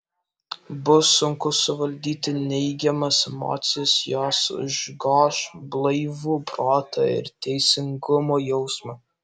bus sunku suvaldyti neigiamas emocijas jos užgoš blaivų protą ir teisingumo jausmą